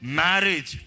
marriage